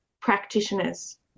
practitioners